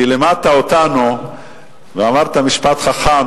כי לימדת אותנו ואמרת משפט חכם,